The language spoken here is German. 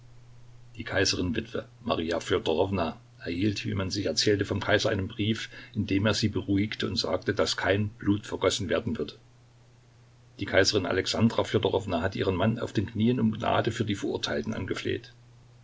die kaiserin witwe maria fjodorowna erhielt wie man sich erzählte vom kaiser einen brief in dem er sie beruhigte und sagte daß kein blut vergossen werden würde die kaiserin alexandra fjodorowna hatte ihren mann auf den knien um gnade für die verurteilten angefleht